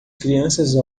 crianças